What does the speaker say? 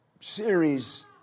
series